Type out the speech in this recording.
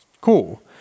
cool